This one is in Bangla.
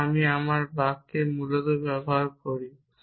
যা আমি আমার বাক্যে মূলত ব্যবহার করি